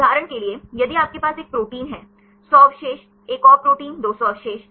उदाहरण के लिए यदि आपके पास 1 प्रोटीन है 100 अवशेष एक और प्रोटीन 200 अवशेष